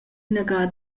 inaga